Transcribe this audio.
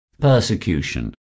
persecution